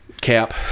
cap